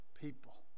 people